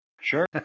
Sure